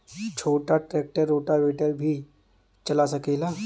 छोटा tractor rotavator भी चला सकेला?